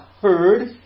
heard